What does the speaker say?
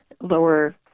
lower